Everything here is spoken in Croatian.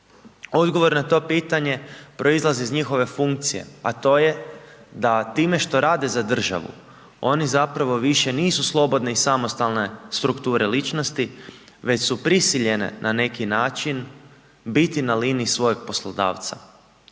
Odgovor na to pitanje proizlazi iz njihove funkcije, a to je da time što rade za državu oni zapravo više nisu slobodne i samostalne strukture ličnosti već su prisiljene na neki način biti na liniji svojeg poslodavca.